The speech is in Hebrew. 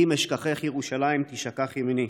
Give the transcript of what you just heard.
"אם אשכחך ירושלים תשכח ימיני".